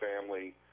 family